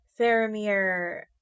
Faramir